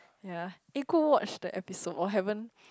ya eh go watch the episode or haven't